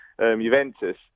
Juventus